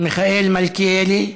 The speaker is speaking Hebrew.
מיכאל מלכיאלי,